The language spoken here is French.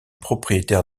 propriétaire